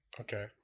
okay